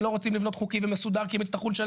הם לא רוצים לבנות חוקי ומסודר כי הם יצטרכו לשלם